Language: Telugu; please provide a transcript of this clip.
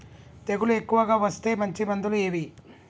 తెగులు ఎక్కువగా వస్తే మంచి మందులు ఏవి?